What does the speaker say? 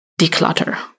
declutter